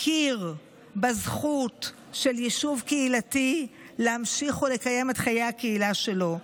מכיר בזכות של יישוב קהילתי להמשיך ולקיים את חיי הקהילה שלו,